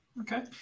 Okay